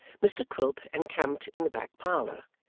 mr quilp encamped in the back parlour,